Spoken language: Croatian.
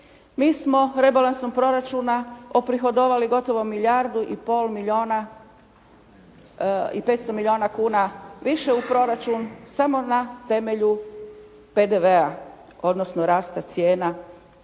Mi smo rebalansom proračuna oprihodovali gotovo milijardu i pol milijuna i 500 milijuna kuna više u proračun samo na temelju PDV-a, odnosno rasta cijena